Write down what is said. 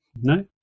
No